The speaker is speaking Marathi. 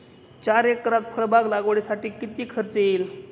चार एकरात फळबाग लागवडीसाठी किती खर्च येईल?